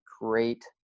great